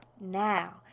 now